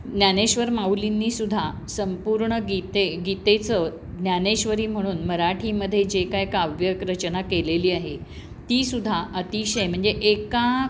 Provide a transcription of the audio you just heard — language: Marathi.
ज्ञानेश्वर माऊलींनी सुद्धा संपूर्ण गीते गीतेचं ज्ञानेश्वरी म्हणून मराठीमध्ये जे काय काव्यरचना केलेली आहे तीसुद्धा अतिशय म्हणजे एका